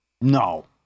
No